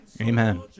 Amen